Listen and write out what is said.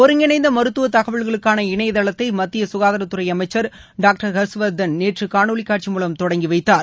ஒருங்கிணைந்த மருத்துவ தகவல்களுக்காள இணையதளத்தை மத்திய ககாதாரத்துறை அமைச்சர் டாக்டர் ஹர்ஷ்வர்தன் நேற்று காணொலி காட்சி மூலம் தொடங்கி வைத்தார்